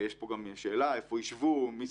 יש פה גם שאלה, איפה ישבו משרדים.